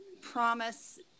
promise